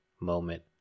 moment